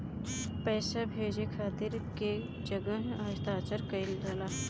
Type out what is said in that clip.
पैसा भेजे के खातिर कै जगह हस्ताक्षर कैइल जाला?